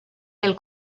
del